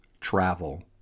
travel